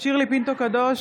שירלי פינטו קדוש,